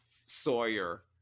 Sawyer